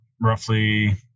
roughly